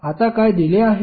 आता काय दिले आहे